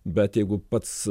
bet jeigu pats